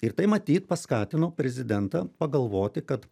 ir tai matyt paskatino prezidentą pagalvoti kad